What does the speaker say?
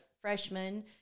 freshman